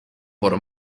por